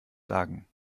sagen